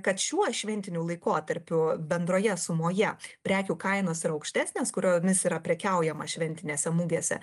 kad šiuo šventiniu laikotarpiu bendroje sumoje prekių kainos yra aukštesnės kuriomis yra prekiaujama šventinėse mugėse